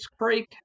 Creek